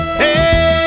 hey